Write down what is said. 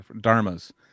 Dharma's